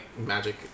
magic